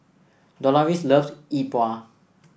Doloris loves Yi Bua